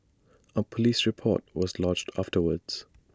A Police report was lodged afterwards